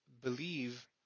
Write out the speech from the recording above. believe